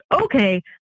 okay